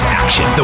action